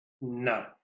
No